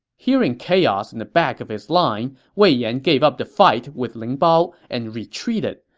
hearing chaos in the back of his line, wei yan gave up the fight with ling bao and retreated.